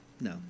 No